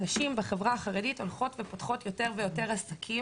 בחברה החרדית הולכות ופותחות יותר ויותר עסקים,